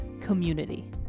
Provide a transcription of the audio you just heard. community